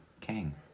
king